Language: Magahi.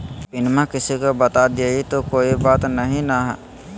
पिनमा किसी को बता देई तो कोइ बात नहि ना?